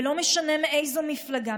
ולא משנה מאיזו מפלגה,